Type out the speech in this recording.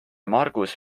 margus